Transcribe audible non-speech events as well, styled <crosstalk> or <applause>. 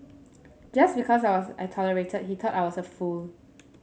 just because <unintelligible> I tolerated he thought I was a fool